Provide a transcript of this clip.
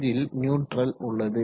இதில் நியூட்ரல் உள்ளது